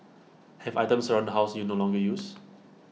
have items around the house you no longer use